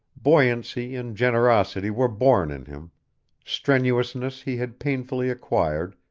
buoyancy and generosity were born in him strenuousness he had painfully acquired,